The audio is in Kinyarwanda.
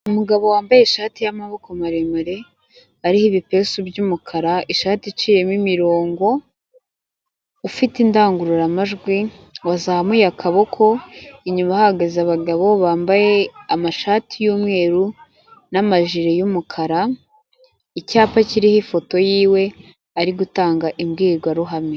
Umugabo wambaye ishati y'amaboko maremare ariho ibipesu by'umukara ishati iciyemo imirongo, ufite indangururamajwi wazamuye akaboko, inyuma ahahagaze abagabo bambaye amashati y'umweru n'amajipo y'umukara, icyapa kiriho ifoto y'iwe ari gutanga imbwirwaruhame.